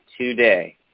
today